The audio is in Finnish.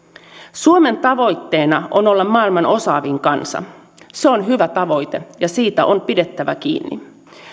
suomen tavoitteena on olla maailman osaavin kansa se on hyvä tavoite ja siitä on pidettävä kiinni